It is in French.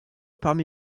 parmi